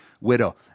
widow